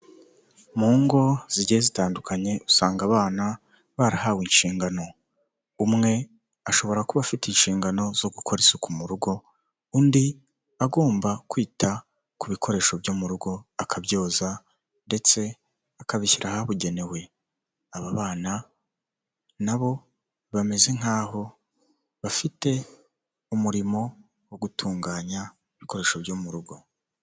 Mu ngo zigiye zitandukanye, usanga abana barahawe inshingano, umwe ashobora kuba afite inshingano zo gukora isuku mu rugo, undi agomba kwita ku bikoresho byo mu rugo akabyoza, ndetse akabishyira ahabugenewe, aba bana nabo bameze nk'aho bafite umurimo wo gutunganya ibikoresho byo mu rugo.